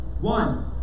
One